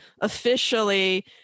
officially